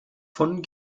von